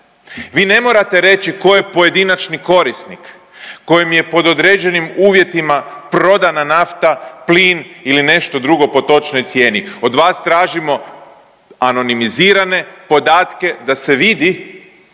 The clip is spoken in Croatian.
Vi ne morate reći tko je pojedinačni korisnik kojem je pod određenim uvjetima prodana nafta, plin ili nešto drugo po točnoj cijeni. Od vas tražimo anonimizirane podatke da se vidi